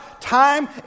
time